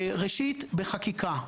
ראשית, בחקיקה.